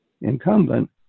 incumbent